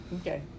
Okay